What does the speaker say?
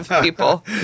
people